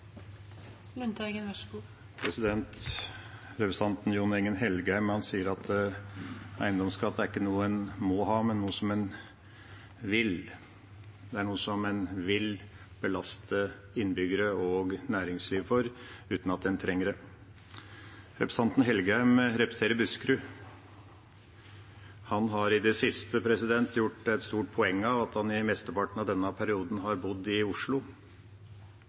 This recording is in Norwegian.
noe man må ha, men er noe som man vil. Det er noe man vil belaste innbyggere og næringsliv med, uten at man trenger det. Representanten Engen-Helgheim representerer Buskerud. Han har i det siste gjort et stort poeng av at han i mesteparten av denne perioden har bodd i Oslo.